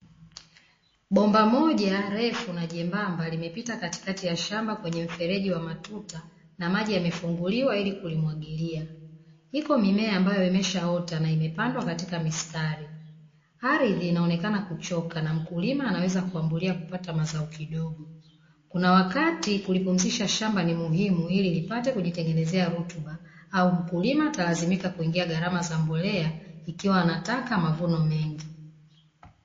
Bomba moja refu na jembamba, limepita katikati ya shamba kwenye mfereji wa matuta na maji yamefunguliwa, ili kulimwagilia liko mimea, ambayo imeashaota na ilipandwa katika misitari, ardhi inaonekana kuchoka na mkulima anaweza kuambulia kupata mazao kidogo, kuna wakati kulipumzisha shamba ni muhimu ili lipate kujitengenezea rutuba au mukulima talazika kuingia gharama za mbolea ikiwa anataka mavuno mengi.